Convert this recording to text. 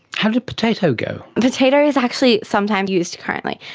how did potato go? potato is actually sometimes used currently.